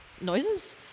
noises